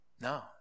No